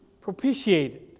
propitiated